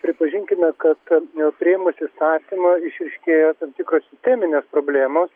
pripažinkime kad priėmus įstatymą išryškėja tam tikros sisteminės problemos